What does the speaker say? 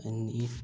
आनी इफ